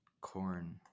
corn